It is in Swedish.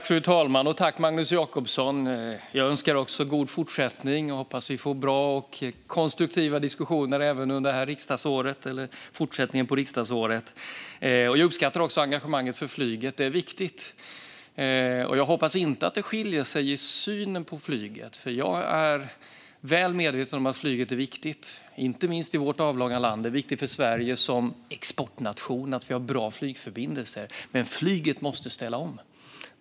Fru talman! Tack, Magnus Jacobsson! Jag önskar också god fortsättning och hoppas att vi får bra och konstruktiva diskussioner under fortsättningen på riksdagsåret. Jag uppskattar också engagemanget för flyget. Det är viktigt. Jag hoppas att det inte skiljer sig i synen på flyget, för jag är väl medveten om att flyget är viktigt i vårt avlånga land. Det är viktigt för Sverige som exportnation att vi har bra flygförbindelser. Men flyget måste ställa om.